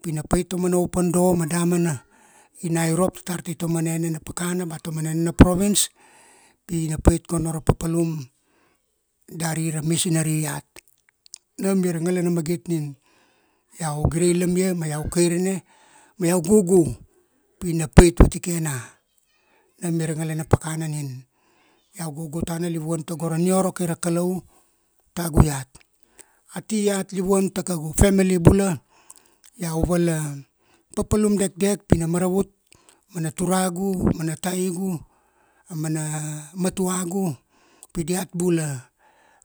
Pi na pait taumana open door ma damana, ina irop tar tai taman enena pakana ba tamana enena province, pi na pait gono ra papalum, dari ra missionary iat. Nam nina ra ngalana magit ni iau gireilam ia ma iau kairene ma iau gugu, pi na pait vatikena. Nam ia ra ngalana pakana nin iau gugu tana livuan tara nioro kai ra Kalau, tagu iat. Ati iat livuan ta kaugu family bula, iau val papalum dekdek pi na maravut, mana turagu, mana taigu, amana, matuagu, pi diat bula,